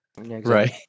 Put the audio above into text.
right